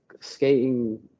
skating